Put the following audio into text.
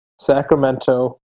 Sacramento